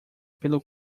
pelo